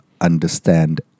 understand